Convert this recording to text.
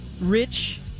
rich